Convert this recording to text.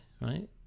right